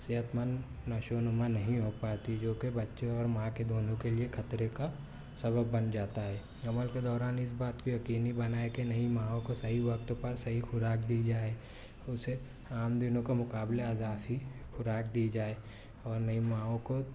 صحت مند نشو و نما نہیں ہو پاتی جو کہ بچے اور ماں دونوں کے لیے خطرے کا سبب بن جاتا ہے حمل کے دوران اس بات کو یقینی بنائیں کہ نئی ماؤں کو صحیح وقت پر صحیح خوراک دی جائے اسے عام دنوں کے مقابلے اضافی خوراک دی جائے اور نئی ماؤں کو